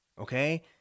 okay